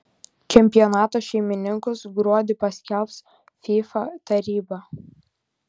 čempionato šeimininkus gruodį paskelbs fifa taryba